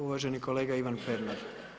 Uvaženi kolega Ivan Pernar.